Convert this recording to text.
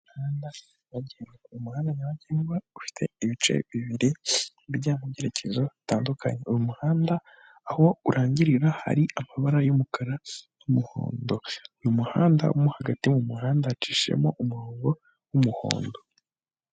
Umuhanda nyabagendwa, ufite ibice bibiri bijya mu byerekezo bitandukanye, uwo muhanda aho urangirira hari amabara y'umukara n'umuhondo, uyu muhanda mo hagati mu muhanda acishishejemo umurongo w'umuhondo.